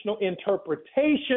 interpretation